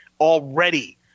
already